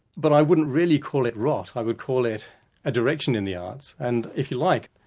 but i wouldn't really call it rot. i would call it a direction in the arts, and if you like,